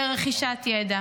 לרכישת ידע.